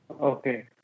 Okay